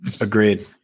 Agreed